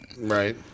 Right